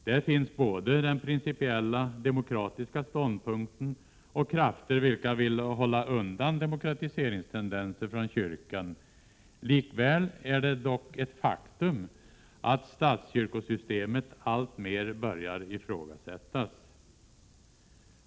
Där finns både den principiella demokratiska ståndpunkten och krafter vilka vill hålla undan demokratiseringstendenser från kyrkan. Likväl är det dock ett faktum att statskyrkosystemet alltmer börjar ifrågasättas.